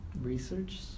Research